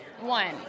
One